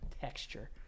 Texture